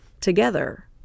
together